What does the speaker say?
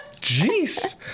Jeez